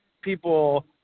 people